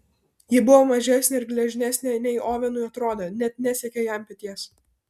ji buvo mažesnė ir gležnesnė nei ovenui atrodė net nesiekė jam peties